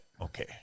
Okay